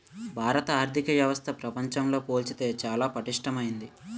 భారత ఆర్థిక వ్యవస్థ ప్రపంచంతో పోల్చితే చాలా పటిష్టమైంది